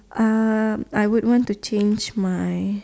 um I would want to change my